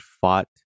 fought